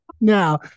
Now